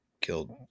killed